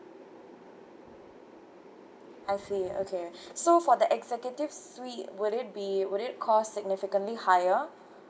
I see okay so for the executive suite would it be would it cost significantly higher